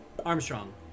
Armstrong